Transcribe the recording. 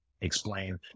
explain